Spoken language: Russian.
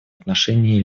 отношении